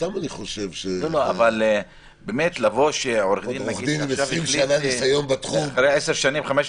סתם אני חושב שעורך דין עם 20 שנה ניסיון בתחום ייפול